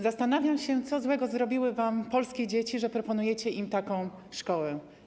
Zastanawiam się, co złego zrobiły wam polskie dzieci, że proponujecie im taką szkołę.